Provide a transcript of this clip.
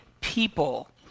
people